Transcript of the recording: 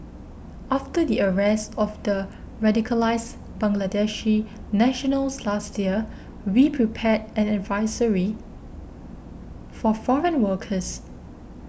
after the arrest of the radicalised Bangladeshi nationals last year we prepared an advisory for foreign workers